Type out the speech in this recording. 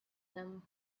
him